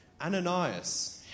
Ananias